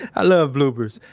i love bloopers.